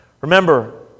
Remember